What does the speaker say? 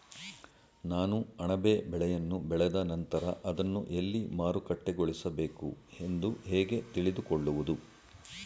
ನಾನು ಅಣಬೆ ಬೆಳೆಯನ್ನು ಬೆಳೆದ ನಂತರ ಅದನ್ನು ಎಲ್ಲಿ ಮಾರುಕಟ್ಟೆಗೊಳಿಸಬೇಕು ಎಂದು ಹೇಗೆ ತಿಳಿದುಕೊಳ್ಳುವುದು?